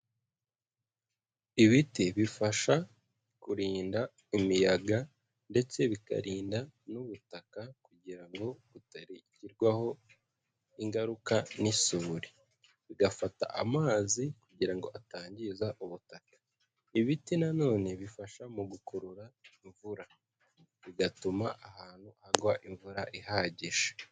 Ibiti bifasha kurinda imiyaga ndetse bikarinda n'ubutaka kugira ngo butagirwaho ingaruka n'isuri, bigafata amazi kugira ngo atangiza ubutaka. Ibiti na none bifasha mu gukurura imvura, bigatuma ahantu hagwa imvura ihagije.